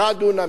10 דונם,